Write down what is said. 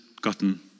gotten